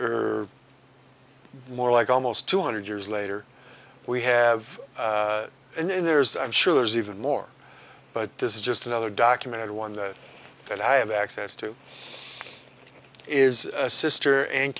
or more like almost two hundred years later we have an in there's i'm sure there's even more but this is just another documented one that i have access to is a sister an